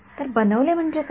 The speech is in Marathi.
तर बनवले म्हणजे काय